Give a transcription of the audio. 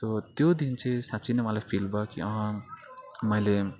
so त्यो दिन चाहिँ साँच्ची नै मलाई फिल भयो कि मैले